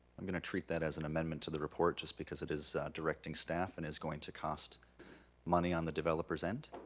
i'm gonna treat that as an amendment to the report just because it is directing staff and is going to cost money on the developer's end.